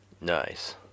Nice